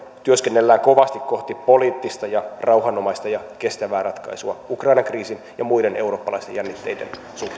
työskennellään kovasti kohti poliittista ja rauhanomaista ja kestävää ratkaisua ukrainan kriisin ja muiden eurooppalaisten jännitteiden